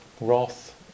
wrath